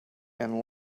and